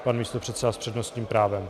Pan místopředseda s přednostním právem.